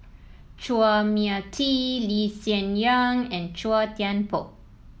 Chua Mia Tee Lee Hsien Yang and Chua Thian Poh